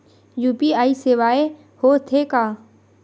UPI सेवाएं हो थे का?